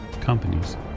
companies